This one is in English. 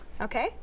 Okay